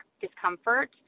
discomfort